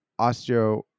Osteo